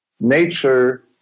Nature